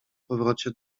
powrocie